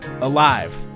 alive